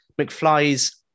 mcfly's